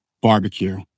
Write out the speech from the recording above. Barbecue